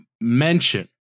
mention